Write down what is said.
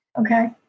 Okay